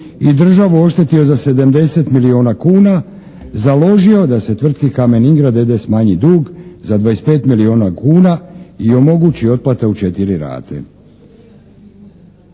i državu oštetio za 70 milijuna kuna, založio da se tvrtki "Kamen Ingrad" d.d. smanji dug za 25 milijuna kuna i omogući otplata u četiri rate.